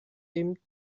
dem